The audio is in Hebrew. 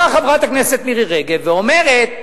באה חברת הכנסת מירי רגב ואומרת: